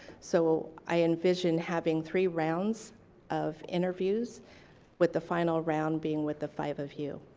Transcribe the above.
so i envision having three rounds of interviews with the final round being with the five of you.